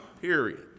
period